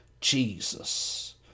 Jesus